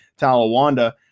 Talawanda